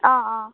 অঁ অঁ